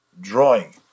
drawing